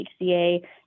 HCA